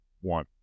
one